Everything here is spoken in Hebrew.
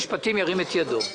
ירים את ידו.